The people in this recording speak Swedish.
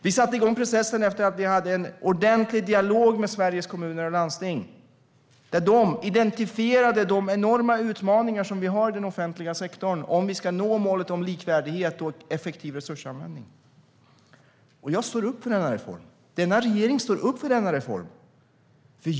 Vi satte igång processen efter att vi haft en ordentlig dialog med Sveriges Kommuner och Landsting, där de identifierade de enorma utmaningar som vi har i den offentliga sektorn om vi ska nå målet om likvärdighet och en effektiv resursanvändning. Jag står upp för denna reform. Denna regering står upp för denna reform.